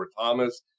Thomas